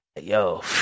yo